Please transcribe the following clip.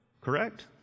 Correct